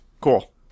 cool